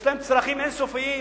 יש להם צרכים אין-סופיים.